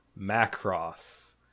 Macross